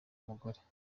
mugore